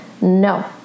no